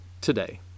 today